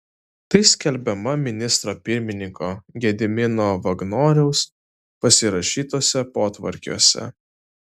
tai skelbiama ministro pirmininko gedimino vagnoriaus pasirašytuose potvarkiuose